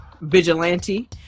vigilante